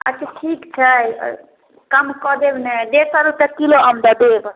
अच्छा ठीक छै कम कऽ देब नहि डेढ़ सए रुपए किलो आम दऽ दू ओहिपर